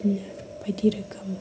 बायदि रोखोम